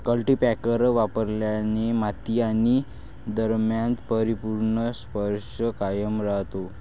cultipacker वापरल्याने माती आणि दरम्यान परिपूर्ण स्पर्श कायम राहतो